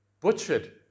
Butchered